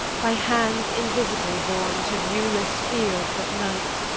by hands invisible borne to viewless fields of night.